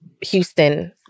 Houston